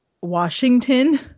Washington